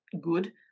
good